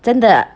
真的